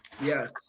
Yes